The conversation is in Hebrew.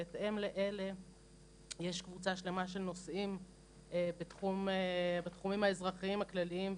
בהתאם לאלה יש קבוצה שלמה של נושאים בתחומים האזרחיים הכלליים,